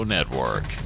Network